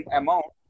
amount